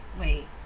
wait